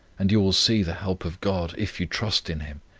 and you will see the help of god, if you trust in him.